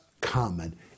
common